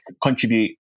contribute